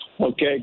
Okay